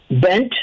bent